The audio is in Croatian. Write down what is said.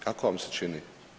Kako vam se čini?